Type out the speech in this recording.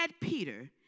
Peter